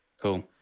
Cool